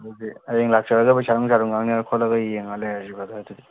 ꯑꯗꯨꯗꯤ ꯍꯌꯦꯡ ꯂꯥꯛꯆꯔꯒ ꯄꯩꯁꯥ ꯅꯨꯡꯁꯥꯗꯣ ꯉꯥꯡꯅꯔ ꯈꯣꯠꯂꯒ ꯌꯦꯡꯉ ꯂꯩꯔꯁꯦ ꯕ꯭ꯔꯗꯔ ꯑꯗꯨꯗꯤ